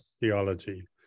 theology